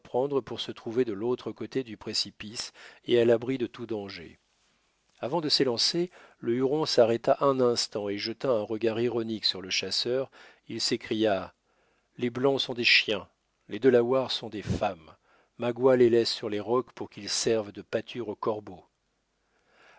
pour se trouver de l'autre côté du précipice et à l'abri de tout danger avant de s'élancer le huron s'arrêta un instant et jetant un regard ironique sur le chasseur il s'écria les blancs sont des chiens les delawares sont des femmes magua les laisse sur les rocs pour qu'ils servent de pâture aux corbeaux